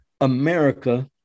America